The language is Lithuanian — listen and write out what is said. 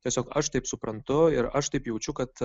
tiesiog aš taip suprantu ir aš taip jaučiu kad